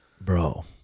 bro